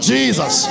Jesus